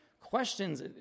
questions